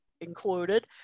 included